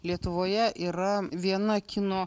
lietuvoje yra viena kino